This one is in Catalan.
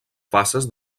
fases